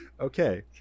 Okay